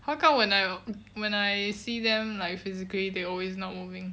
how come when I when I see them like physically they always not moving